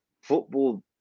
football